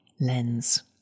lens